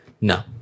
no